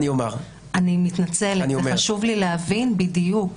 אני מתנצלת, חשוב לי להבין בדיוק.